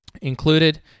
included